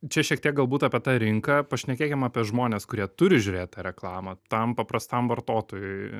čia šiek tiek galbūt apie tą rinką pašnekėkim apie žmones kurie turi žiūrėt tą reklamą tam paprastam vartotojui